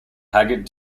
haggard